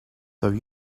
though